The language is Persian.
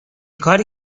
کاری